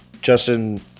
Justin